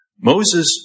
Moses